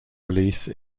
release